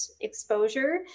exposure